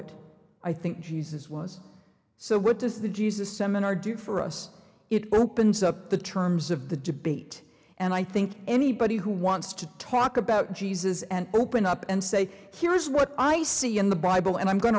it i think jesus was so what does the jesus seminar do for us it opens up the terms of the debate and i think anybody who wants to talk about jesus and open up and say here's what i see in the bible and i'm going